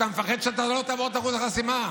אתה מפחד שאתה לא תעבור את אחוז החסימה.